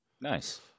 Nice